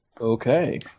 Okay